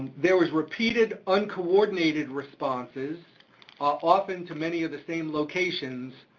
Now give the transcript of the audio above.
there was repeated, uncoordinated responses often to many of the same locations,